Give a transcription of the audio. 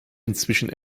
inzwischen